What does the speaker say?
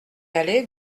aller